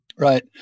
Right